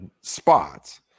spots